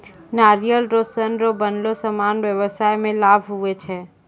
नारियल रो सन रो बनलो समान व्याबसाय मे लाभ हुवै छै